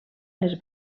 les